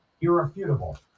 irrefutable